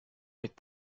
est